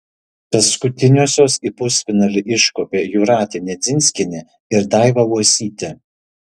paskutiniosios į pusfinalį iškopė jūratė nedzinskienė ir daiva uosytė